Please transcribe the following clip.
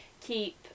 keep